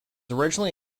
originally